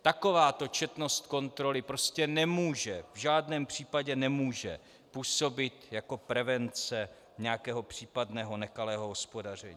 Takováto četnost kontroly prostě nemůže, v žádném případě nemůže, působit jako prevence nějakého případného nekalého hospodaření.